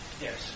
Yes